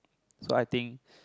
so I think